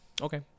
Okay